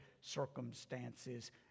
circumstances